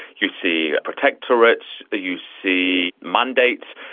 you see protectorates, you see mandates,